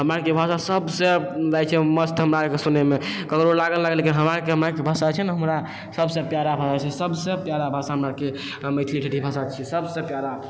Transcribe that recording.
हमरा आरके भाषा सब से लगै छै मस्त हमरा आरके सुनैमे ककरो लागै नहि लागै लेकिन हमरा आरके भाषा छै ने हमरा सब से पियारा भाषा लगै छै सब से पियारा भाषा हमरा आरके मैथिली ठेठी भाषा छियै सब से पियारा